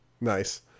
Nice